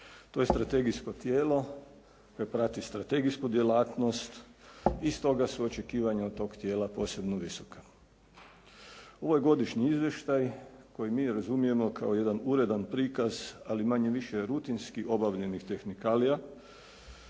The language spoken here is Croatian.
To je strategijskog tijelo, koje prati strategijsku djelatnost i stoga su očekivanja od tog tijela posebno visoka. Ovo je godišnji izvještaj koji mi razumijemo kao jedan uredan prikaz ali manje-više rutinski obavljenih tehnikalija